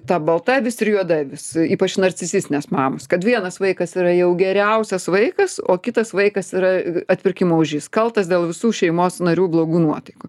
ta balta avis ir juoda avis ypač narcisistinės mamos kad vienas vaikas yra jau geriausias vaikas o kitas vaikas yra atpirkimo ožys kaltas dėl visų šeimos narių blogų nuotaikų